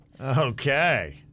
Okay